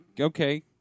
okay